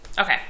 Okay